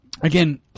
Again